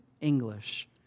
English